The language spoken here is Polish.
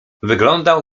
wyglądał